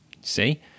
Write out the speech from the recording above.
See